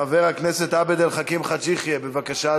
חבר הכנסת עבד אל חכים חאג' יחיא, בבקשה,